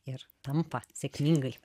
ir tampa sėkmingai